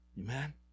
Amen